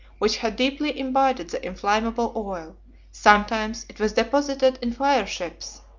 which had deeply imbibed the inflammable oil sometimes it was deposited in fire-ships,